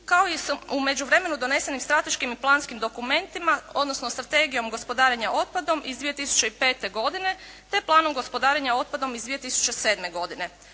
kao i s, u međuvremenu donesenim strateškim i planskim dokumentima odnosno strategijom gospodarenja otpadom iz 2005. godine te planom gospodarenja otpadom iz 2007. godine,